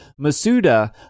Masuda